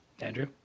Andrew